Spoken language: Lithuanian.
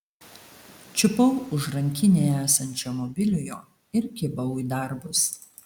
čiupau už rankinėje esančio mobiliojo ir kibau į darbus